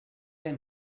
him